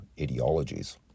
ideologies